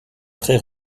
très